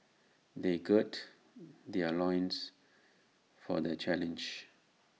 they gird their loins for the challenge